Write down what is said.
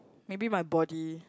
maybe my body